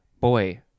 Boy